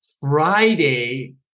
Friday